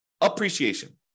appreciation